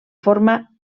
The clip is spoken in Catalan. forma